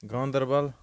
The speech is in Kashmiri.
گاندَربَل